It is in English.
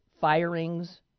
firings